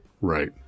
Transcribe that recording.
Right